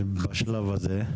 בשלב הזה.